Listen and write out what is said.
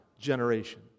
generation